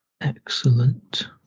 Excellent